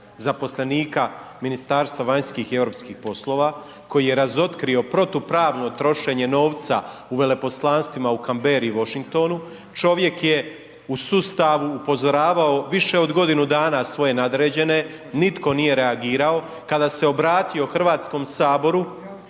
zaposlenika Ministarstva vanjskih i europskih poslova, koji je razotkrio protupravno trošenje novca u Veleposlanstvima u Canberri i Washingtonu. Čovjek je u sustavu upozoravao više od godinu dana svoje nadređene, nitko nije reagirao. Kada se obratio HS-u, ja sam